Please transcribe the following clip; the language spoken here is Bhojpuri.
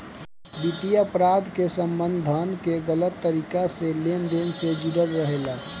वित्तीय अपराध के संबंध धन के गलत तरीका से लेन देन से जुड़ल रहेला